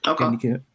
Okay